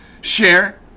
share